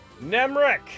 Nemric